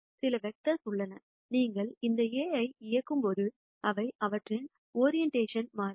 சில வெக்டர்ஸ் உள்ளன நீங்கள் இந்த A ஐ இயக்கும்போது அவை அவற்றின் ஒரிஇண்டஷன் மாற்றாது